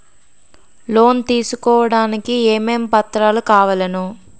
Loan తీసుకోడానికి ఏమేం పత్రాలు కావలెను?